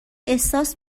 احساس